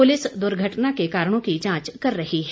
police दुर्घटना के कारणों की जांच कर रही है